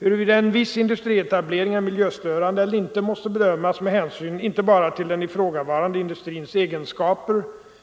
Huruvida en viss industrietablering är miljöstörande eller inte måste bedömas med hänsyn inte bara till den ifrågavarande industrins egenskaper